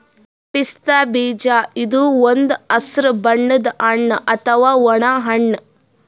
ಪಿಸ್ತಾ ಬೀಜ ಇದು ಒಂದ್ ಹಸ್ರ್ ಬಣ್ಣದ್ ಹಣ್ಣ್ ಅಥವಾ ಒಣ ಹಣ್ಣ್